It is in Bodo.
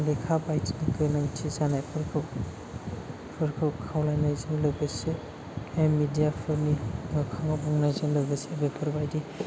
लेखा बायदि गोनांथि जानायफोरखौ फोरखौ खावलायनायजों लोगोसे मेदियाफोरनि मोखाङाव बुंनायजों लोगोसे बेफोरबायदि